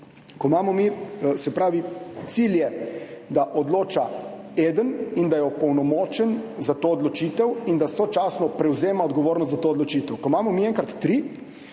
odločanja. Cilj je, da odloča eden in da je opolnomočen za to odločitev in da sočasno prevzema odgovornost za to odločitev. Ko imamo mi enkrat tri,